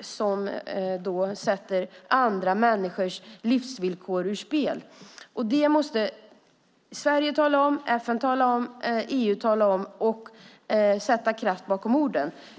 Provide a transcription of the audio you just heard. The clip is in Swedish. som sätter andra människors livsvillkor ur spel. Det måste Sverige, FN och EU tala om, och vi måste sätta kraft bakom orden.